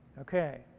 Okay